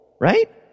right